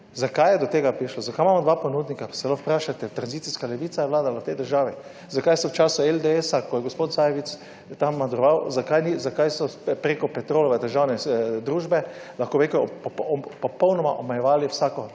Zakaj je do tega prišlo? Zakaj imamo dva ponudnika se lahko vprašate? Tranzicijska levica je vladala v tej državi. Zakaj so v času LDS, ko je gospod Sajovic tam madroval, zakaj so preko Petrolove državne družbe, lahko bi rekel, popolnoma omejevali vsako